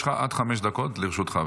יש לך עד חמש דקות לרשותך.